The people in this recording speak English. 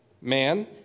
man